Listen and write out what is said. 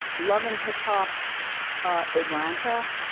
love and hip hop atlanta,